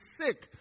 sick